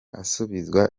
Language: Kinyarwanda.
asubizwa